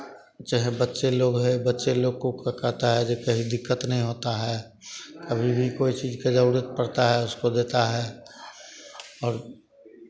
चाहे बच्चे लोग है बच्चे लोग को कोई कहता है जे कहीं दिक्कत नहीं होता है कभी भी कोई चीज़ के जरूरत पड़ता है उसको देता है और